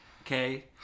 okay